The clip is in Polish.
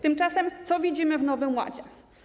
Tymczasem co widzimy w Nowym Ładzie?